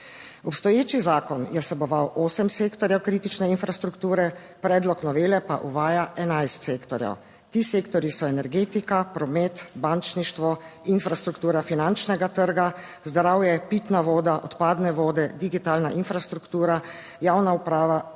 Obstoječi zakon je vseboval osem sektorjev kritične infrastrukture, predlog novele pa uvaja 11 sektorjev. Ti sektorji so: energetika, promet, bančništvo, infrastruktura finančnega trga, zdravje, pitna voda, odpadne vode, digitalna infrastruktura, javna uprava,